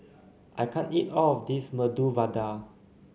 I can't eat all of this Medu Vada